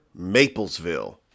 Maplesville